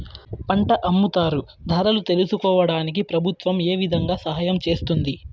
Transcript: పంట అమ్ముతారు ధరలు తెలుసుకోవడానికి ప్రభుత్వం ఏ విధంగా సహాయం చేస్తుంది?